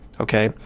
Okay